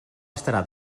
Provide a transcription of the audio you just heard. estarà